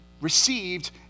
received